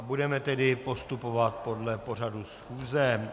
Budeme postupovat podle pořadu schůze.